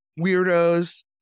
weirdos